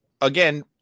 Again